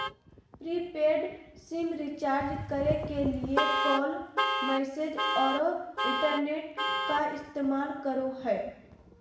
prepaid sim recharge करे के लिए कॉल, मैसेज औरो इंटरनेट का इस्तेमाल करो हइ